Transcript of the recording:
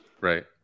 Right